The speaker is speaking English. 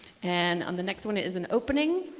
and on the next one is an opening.